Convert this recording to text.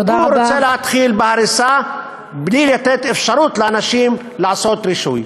הוא רוצה להתחיל בהריסה בלי לתת לאנשים אפשרות לעשות רישוי.